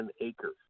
acres